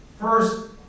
First